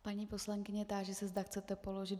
Paní poslankyně, táži se, zda chcete položit...